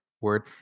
word